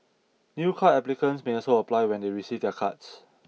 new card applicants may also apply when they receive their cards